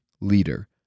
leader